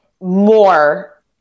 more